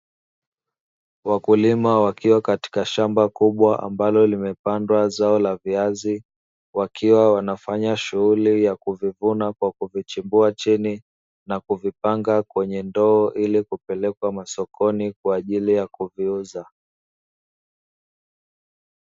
Wakulima wakiwa katika shamba kubwa ambalo limepandwa zao la viazi, wakiwa wanafanya shughuli ya kuvivuna kwa kuvichimbua chini na kuvipanga kwenye ndoo ili kupelekwa masokoni kwa ajili ya kuviuza.